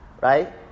right